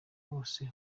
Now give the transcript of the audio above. wose